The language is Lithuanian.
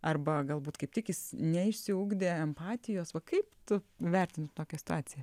arba galbūt kaip tik jis neišsiugdė empatijos kaip tu vertini tokią situaciją